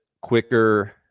quicker